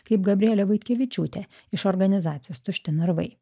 kaip gabrielė vaitkevičiūtė iš organizacijos tušti narvai